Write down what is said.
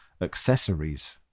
accessories